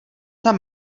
tam